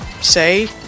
say